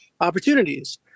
opportunities